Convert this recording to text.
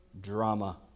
Drama